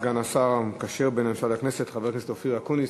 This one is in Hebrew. סגן השר המקשר בין הממשלה לכנסת חבר הכנסת אופיר אקוניס.